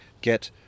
get